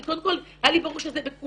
כי קודם כל היה לי ברור שזה בכולם,